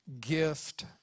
gift